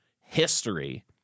history